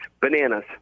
Bananas